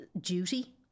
duty